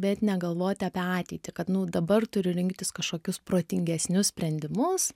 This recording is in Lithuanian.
bet negalvoti apie ateitį kad nu dabar turiu rinktis kažkokius protingesnius sprendimus